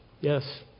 yes